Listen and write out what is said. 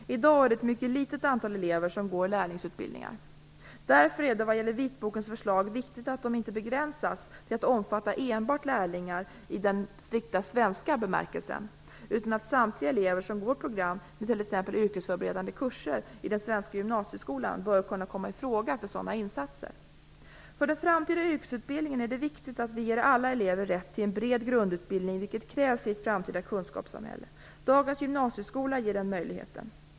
I dag är det ett mycket litet antal elever som går lärlingsutbildningar. Därför är det vad gäller vitbokens förslag viktigt att de inte begränsas till att omfatta enbart lärlingar i den strikta svenska bemärkelsen, utan att samtliga elever som går program med yrkesförberedande kurser i den svenska gymnasieskolan bör kunna komma i fråga för dessa insatser. För den framtida yrkesutbildningen är det viktigt att vi ger alla elever rätt till en bred grundutbildning, vilket krävs i ett framtida kunskapssamhälle. Dagens gymnasieskola ger den möjligheten.